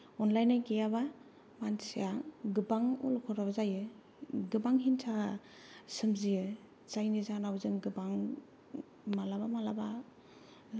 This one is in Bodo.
अनलायनाय गैयाबा मानसिया गोबां अलखदाव जायो गोबां हिंसा सोमजियो जायनि जाहोनाव जों गोबां मालाबा मालाबा